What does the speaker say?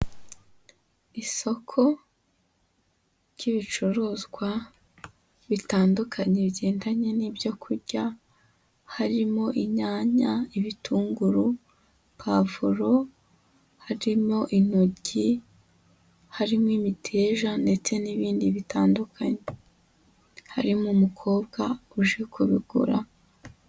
Isoko ry'ibicuruzwa bitandukanye bigendanye n'ibyo kurya, harimo inyanya, ibitunguru, pavuro, harimo intoryi, harimo imiteja ndetse n'ibindi bitandukanye, harimo umukobwa uje kubigura.